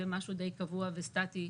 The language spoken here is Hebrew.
זה משהו די קבוע וסטטי,